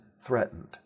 threatened